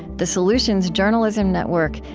the solutions journalism network,